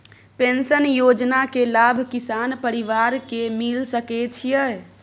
Pension योजना के लाभ किसान परिवार के मिल सके छिए?